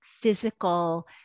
physical